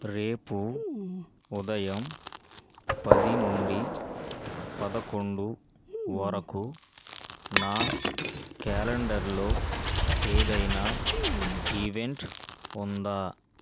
రేపు ఉదయం పది నుండి పదకొండు వరకు నా క్యాలెండర్లో ఏదైనా ఈవెంట్ ఉందా